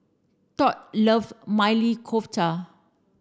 Tod loves Maili Kofta